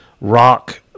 rock